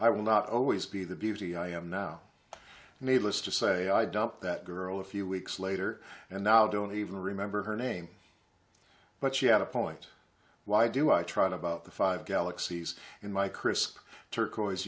i will not always be the beauty i am now needless to say i doubt that girl a few weeks later and now don't even remember her name but she had a point why do i try to about the five galaxies in my crisp turquoise